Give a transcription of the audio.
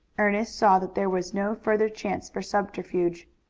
ernest saw that there was no further chance for subterfuge.